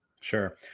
Sure